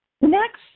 Next